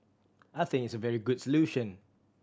I think it's a very good solution